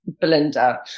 belinda